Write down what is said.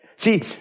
See